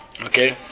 Okay